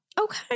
Okay